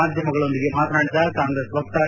ಮಾಧ್ಯಮಗಳೊಂದಿಗೆ ಮಾತನಾಡಿದ ಕಾಂಗ್ರೆಸ್ ವಕ್ತಾರೆ